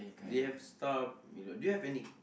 they have stuff do you have any